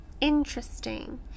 interesting